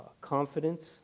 confidence